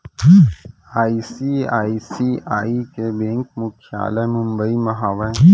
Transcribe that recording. ICICI के bank मुख्यालय मुंबई म हावय